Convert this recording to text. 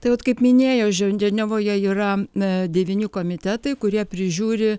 tai vat kaip minėjau ženevoje yra devyni komitetai kurie prižiūri